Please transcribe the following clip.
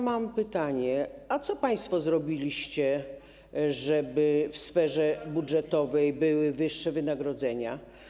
Mam pytanie: A co państwo zrobiliście, żeby w sferze budżetowej były wyższe wynagrodzenia?